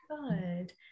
good